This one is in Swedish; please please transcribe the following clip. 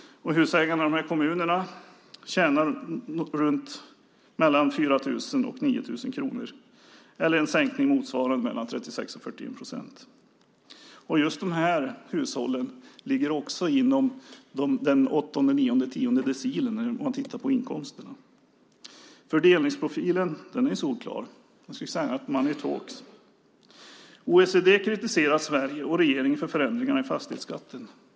Husägarna i dessa kommuner tjänar mellan 4 000 och 9 000 kronor per år. Det motsvarar en sänkning av fastighetsskatten med mellan 36 och 41 procent. Dessa hushåll ligger också inom den åttonde, nionde och tionde decilen när man tittar på inkomsterna. Fördelningsprofilen är solklar. Money talks . OECD kritiserar Sverige och regeringen för förändringarna i fastighetsskatten.